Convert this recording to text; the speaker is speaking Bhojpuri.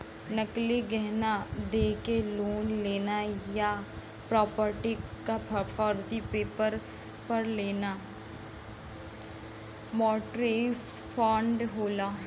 नकली गहना देके लोन लेना या प्रॉपर्टी क फर्जी पेपर पर लेना मोर्टगेज फ्रॉड होला